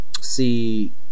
see